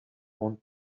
want